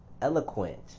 eloquent